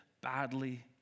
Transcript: badly